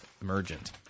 emergent